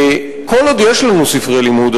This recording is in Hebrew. כל עוד יש לנו ספרי לימוד,